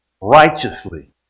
righteously